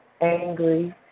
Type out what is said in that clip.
angry